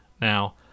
now